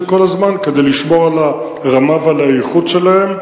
כל הזמן כדי לשמור על הרמה ועל האיכות שלהם.